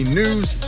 news